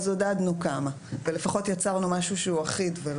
אז עודדנו כמה ולפחות יצרנו משהו שהוא אחיד.